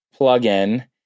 plugin